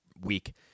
week